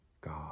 God